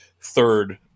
third